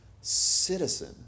citizen